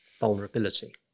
vulnerability